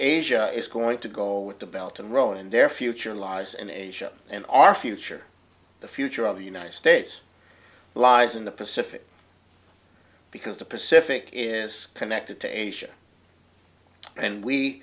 asia is going to go to belt and roll in their future lies and asia and our future the future of the united states lies in the pacific because the pacific is connected to asia and we